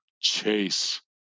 chase